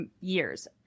years